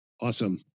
Awesome